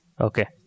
Okay